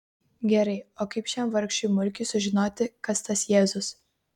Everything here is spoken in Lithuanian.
gerai o kaip šiam vargšui mulkiui sužinoti kas tas jėzus